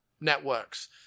networks